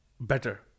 better